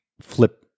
flip